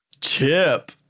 Chip